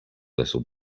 little